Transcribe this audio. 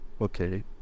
Okay